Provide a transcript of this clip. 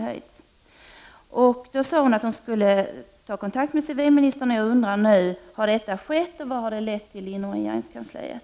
Hon sade att hon skulle ta kontakt med civilministern. Jag undrar om detta har skett och vad det har lett till inom regeringskansliet.